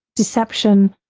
deception,